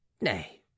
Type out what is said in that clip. nay